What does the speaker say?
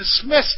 dismissed